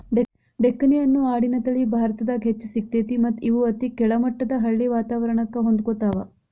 ಡೆಕ್ಕನಿ ಅನ್ನೋ ಆಡಿನ ತಳಿ ಭಾರತದಾಗ್ ಹೆಚ್ಚ್ ಸಿಗ್ತೇತಿ ಮತ್ತ್ ಇವು ಅತಿ ಕೆಳಮಟ್ಟದ ಹಳ್ಳಿ ವಾತವರಣಕ್ಕ ಹೊಂದ್ಕೊತಾವ